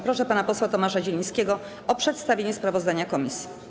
Proszę pana posła Tomasza Zielińskiego o przedstawienie sprawozdania komisji.